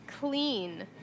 Clean